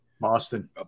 Boston